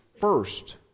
first